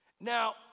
now